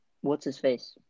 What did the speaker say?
What's-his-face